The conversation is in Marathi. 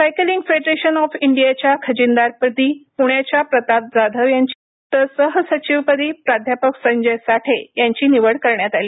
सायकलिंग फेडरेशन ऑफ इंडियाच्या खजिनदारपदी पुण्याच्या प्रताप जाधव यांची तर सह सचिवपदी प्राध्यापक संजय साठे यांची निवड करण्यात आली